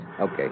okay